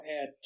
add